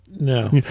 No